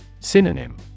Synonym